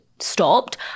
stopped